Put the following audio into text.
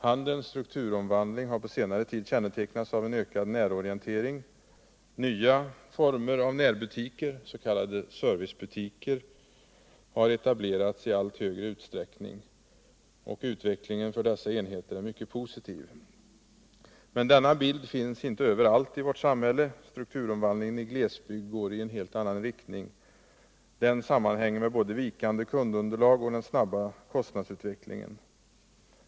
Handelns strukturomvandling har på senare tid kännetecknats av en ökad närorientering. Nya former av närbutiker, s.k. servicebutiker, har etablerats i allt större utsträckning. Utvecklingen för dessa enheter är mycket positiv. Men denna bild finns inte överallt i samhället. Strukturomvandlingen i glesbygden går i en annan riktning. Den sammanhänger med både vikande kundunderlag och den snabba kostnadsutvecklingen.